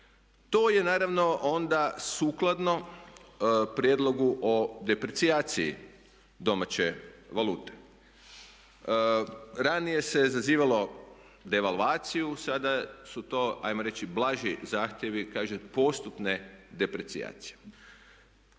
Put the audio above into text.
To je naravno onda sukladno prijedlogu u deprecijaciji domaće valute. Ranije se zazivalo devaluaciju, sada su to ajmo reći blaži zahtjevi, kaže postupne deprecijacije.